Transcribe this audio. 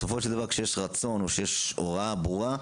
בסופו של דבר כשיש רצון או כשיש הוראה ברורה,